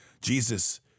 Jesus